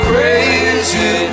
Crazy